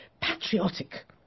patriotic